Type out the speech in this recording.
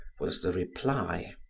was the reply,